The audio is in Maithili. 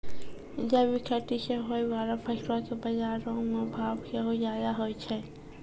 जैविक खेती से होय बाला फसलो के बजारो मे भाव सेहो ज्यादा होय छै